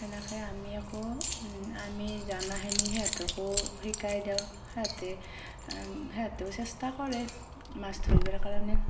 সেনেকৈ আমি একো আমি জানাখিনি সিহঁতকো শিকাই দিওঁ সিহঁতে সিহঁতেও চেষ্টা কৰে মাছ ধৰিবৰ কাৰণে